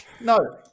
No